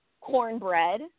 Cornbread